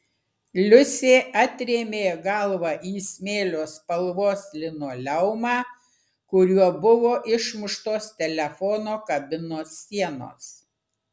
liusė atrėmė galvą į smėlio spalvos linoleumą kuriuo buvo išmuštos telefono kabinos sienos